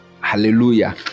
hallelujah